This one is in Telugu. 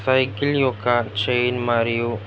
సైకిల్ యొక్క చెైన్ మరియు